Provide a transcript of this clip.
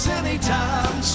anytime